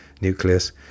nucleus